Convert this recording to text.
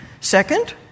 Second